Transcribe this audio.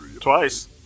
Twice